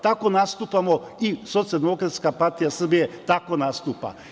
Tako nastupamo i Socijaldemokratska partija Srbije tako nastupa.